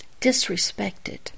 Disrespected